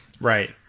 Right